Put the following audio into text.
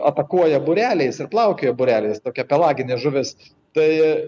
atakuoja būreliais ir plaukioja būreliais tokia pelaginė žuvis tai